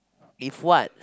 if what